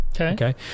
Okay